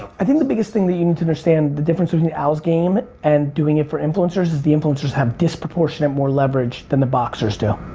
i think the biggest thing that you need to understand, the difference between al's game and doing it for influencers, is the influencers have disproportionate more leverage than the boxers do.